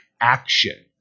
action